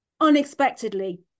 unexpectedly